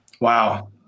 Wow